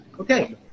Okay